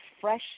fresh